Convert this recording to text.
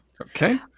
okay